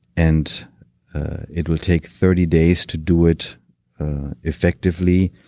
and it will take thirty days to do it effectively.